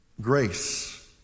grace